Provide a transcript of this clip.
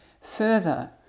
Further